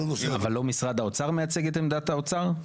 --- אבל לא משרד האוצר מייצג את עמדת האוצר?